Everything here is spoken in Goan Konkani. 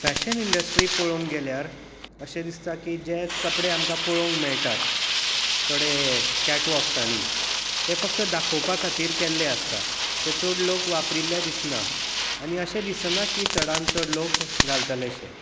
फॅशन इंडस्ट्री पळोवंक गेल्यार अशें दिसता की जे कपडे आमकां पळोवंक मेळटात थोडे कॅटवॉल्क्सांनी ते फकत दाखोवपा खातीर केल्ले आसता ते चड लोक वापरिल्ले दिसना आनी अशें दिसना की चडान चड लोक घालतले अशे